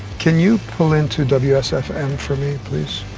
can you pull into wsfm for me please?